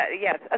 yes